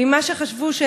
שבתוך שעה וחצי,